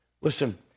Listen